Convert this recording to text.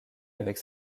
avec